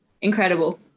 incredible